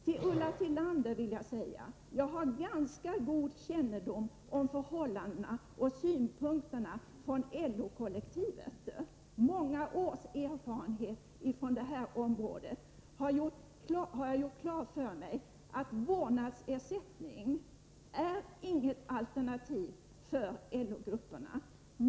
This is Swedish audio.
Jag vill säga till Ulla Tillander att jag har ganska god kännedom om förhållandena för LO-kollektivet och om dess synpunkter. Många års erfarenhet från det området har gjort klart för mig att vårdnadsersättning inte är något alternativ för LO-grupperna.